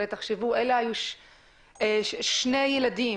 הרי אלה היו שני ילדים